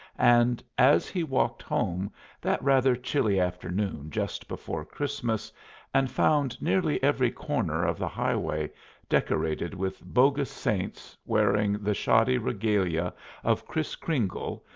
and as he walked home that rather chilly afternoon just before christmas and found nearly every corner of the highway decorated with bogus saints, wearing the shoddy regalia of kris-kringle,